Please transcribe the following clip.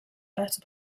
better